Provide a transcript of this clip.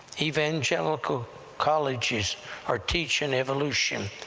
evangelical colleges are teaching evolution,